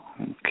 Okay